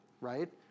right